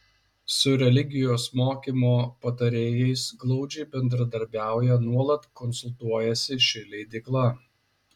su religijos mokymo patarėjais glaudžiai bendradarbiauja nuolat konsultuojasi ši leidykla